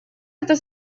это